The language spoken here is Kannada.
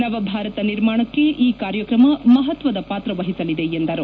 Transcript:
ನವಭಾರತ ನಿರ್ಮಾಣಕ್ಕೆ ಈ ಕಾರ್ಯಕ್ರಮ ಮಹತ್ವದ ಪಾತ್ರ ವಹಿಸಲಿದೆ ಎಂದರು